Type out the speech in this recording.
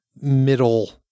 middle